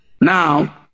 Now